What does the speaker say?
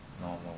normal